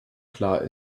klar